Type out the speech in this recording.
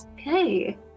Okay